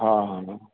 हा हा